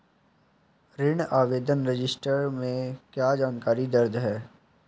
ऋण आवेदन रजिस्टर में क्या जानकारी दर्ज है?